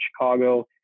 chicago